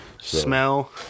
smell